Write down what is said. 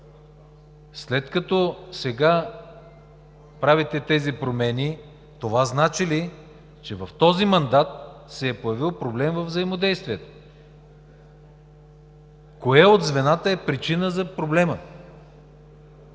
След като сега правите тези промени, това значи ли, че в този мандат се е появил проблем във взаимодействието? Кое от звената е причина за проблема?